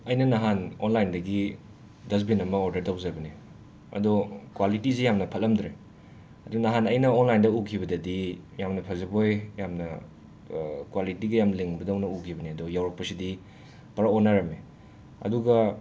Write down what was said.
ꯑꯩꯅ ꯅꯍꯥꯟ ꯑꯣꯟꯂꯥꯏꯟꯗꯒꯤ ꯗꯁꯕꯤꯟ ꯑꯃ ꯑꯣꯔꯗꯔ ꯇꯧꯖꯕꯅꯦ ꯑꯗꯣ ꯀ꯭ꯋꯥꯂꯤꯇꯤꯖꯦ ꯌꯥꯝꯅ ꯐꯠꯂꯝꯗ꯭ꯔꯦ ꯑꯗꯨ ꯅꯍꯥꯟ ꯑꯩꯅ ꯑꯣꯟꯂꯤꯏꯟꯗ ꯎꯈꯤꯕꯗꯗꯤ ꯌꯥꯝꯅ ꯐꯖꯕꯣꯏ ꯌꯥꯝꯅ ꯀ꯭ꯋꯥꯂꯤꯇꯤꯒ ꯌꯥꯝ ꯂꯤꯡꯕꯗꯧꯅ ꯎꯒꯤꯕꯅꯦ ꯑꯗꯣ ꯌꯧꯔꯛꯄꯁꯤꯗꯤ ꯄꯨꯔꯥ ꯑꯣꯟꯅꯔꯝꯃꯦ ꯑꯗꯨꯒ